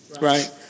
Right